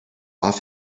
off